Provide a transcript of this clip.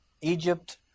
Egypt